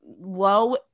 low